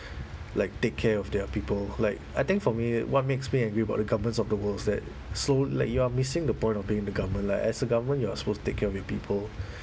like take care of their people like I think for me what makes me angry about the governments of the world is that so like you're missing the point of being the government like as a government you're supposed to take care of your people